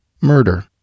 Murder